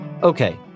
Okay